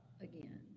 again